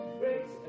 great